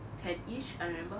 then no ten-ish I remember